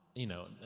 you know,